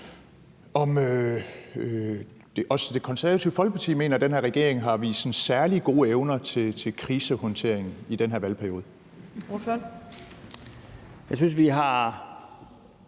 også Det Konservative Folkeparti mener, at den her regering har vist særlig gode evner til krisehåndtering i den her valgperiode.